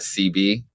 CB